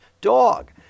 dog